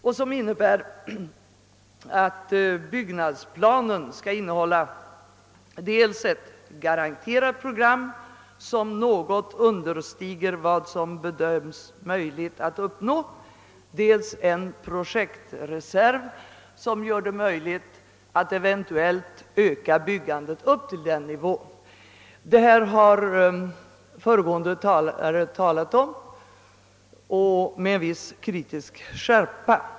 Förslaget innebär att planen skall innehålla dels ett garanterat program som något understiger vad som bedöms möjligt att uppnå, dels en projektreserv som gör det möjligt att eventuellt öka byggandet upp till den önskade nivån. Föregående talare har ordat om detta med en viss kritisk skärpa.